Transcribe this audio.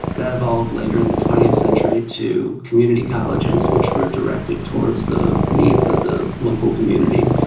that evolved later in the twentieth century to community colleges which were directed towards the needs of the local community,